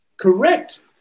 Correct